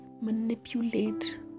manipulate